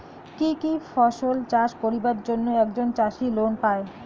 কি কি ফসল চাষ করিবার জন্যে একজন চাষী লোন পায়?